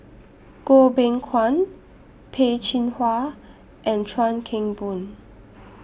Goh Beng Kwan Peh Chin Hua and Chuan Keng Boon